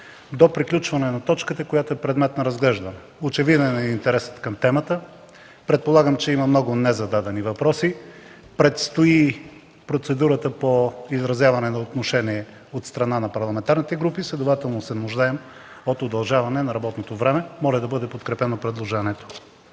до приключване на точката, която е предмет на разглеждане. Очевиден е интересът към темата, предполагам, че има много незададени въпроси, предстои процедурата по изразяване на отношение от страна на парламентарните групи, следователно се нуждаем от удължаване на работното време. Моля да бъде подкрепено предложението.